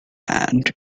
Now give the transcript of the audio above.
and